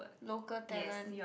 local talent